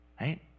right